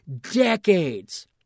decades